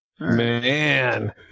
Man